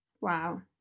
Wow